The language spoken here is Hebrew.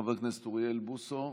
חבר הכנסת אריאל בוסו,